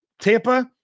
Tampa